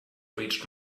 reached